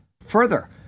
Further